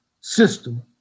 system